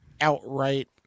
outright